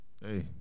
Hey